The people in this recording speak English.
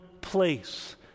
place